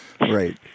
Right